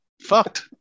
Fucked